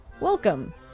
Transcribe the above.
welcome